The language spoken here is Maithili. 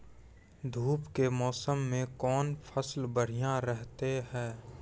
धूप के मौसम मे कौन फसल बढ़िया रहतै हैं?